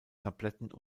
tabletten